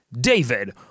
David